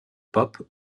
pop